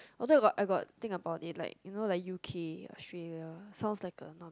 although I got I got think about it you know like U_K Australia sounds like